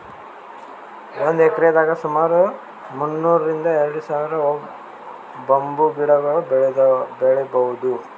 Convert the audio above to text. ಒಂದ್ ಎಕ್ರೆದಾಗ್ ಸುಮಾರ್ ಮುನ್ನೂರ್ರಿಂದ್ ಎರಡ ಸಾವಿರ್ ಬಂಬೂ ಗಿಡಗೊಳ್ ಬೆಳೀಭೌದು